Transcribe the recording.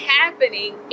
happening